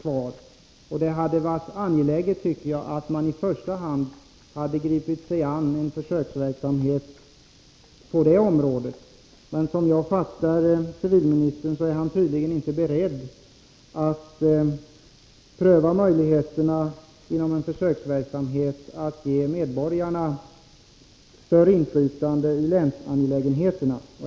Det hade därför varit angeläget att i första hand påbörja en försöksverksamhet på det området. Men om jag fattar civilministern rätt är han inte beredd att som försöksverksamhet pröva möjligheten att ge medborgarna större inflytande i länsangelägenheterna.